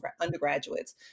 undergraduates